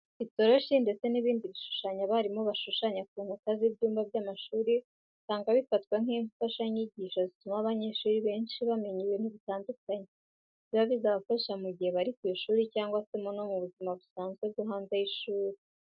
Itoroshi ndetse n'ibindi bishushanyo abarimu bashushanya ku nkuta z'ibyumba by'amashuri usanga bifatwa nk'imfashanyigisho zituma abanyeshuri benshi bamenya ibintu bitandukanye biba bizabafasha mu gihe bari ku ishuri cyangwa se no mu buzima busanzwe bwo hanze y'ishuri.